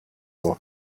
war